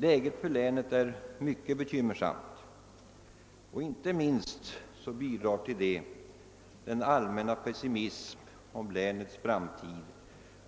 Läget för länet är mycket bekymmersamt, och till det bidrar inte minst den allmänna pessimism om länets framtid